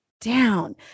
down